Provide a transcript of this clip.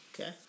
Okay